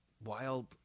wild